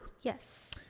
Yes